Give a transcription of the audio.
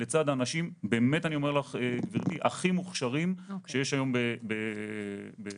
לצד אנשים הכי מוכשרים שיש היום בתכנות.